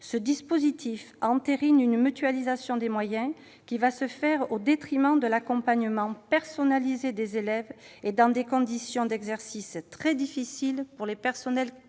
Ce dispositif entérine une mutualisation des moyens qui sera menée au détriment de l'accompagnement personnalisé des élèves et dans des conditions d'exercice très difficiles pour les personnels concernés.